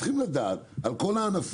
צריכים לדעת על כל הענפים,